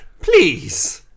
please